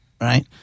right